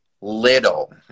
little